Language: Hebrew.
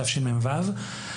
תשמ"ו.